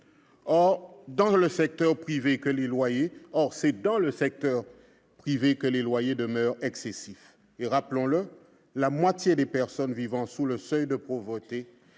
Or c'est dans le secteur privé que les loyers demeurent excessifs. Je rappelle en outre que la moitié des personnes vivant sous le seuil de pauvreté